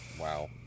Wow